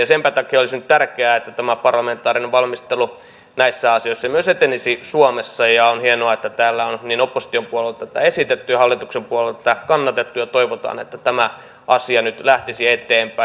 ja senpä takia olisi nyt tärkeää että tämä parlamentaarinen valmistelu näissä asioissa myös etenisi suomessa ja on hienoa että täällä on opposition puolelta tätä esitetty ja hallituksen puolelta tätä kannatettu ja toivotaan että tämä asia nyt lähtisi eteenpäin